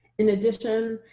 in addition,